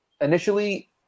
initially